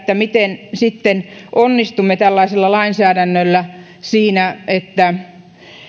miten sitten onnistumme tällaisella lainsäädännöllä siinä että